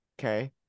Okay